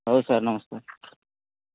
ହଉ ସାର୍ ନମସ୍କାର୍